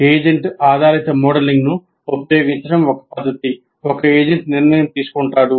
agent ఆధారిత మోడలింగ్ను ఉపయోగించడం ఒక పద్ధతి ఒక ఏజెంట్ నిర్ణయం తీసుకుంటాడు